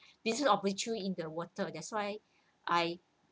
business opportu~ in the water that's why I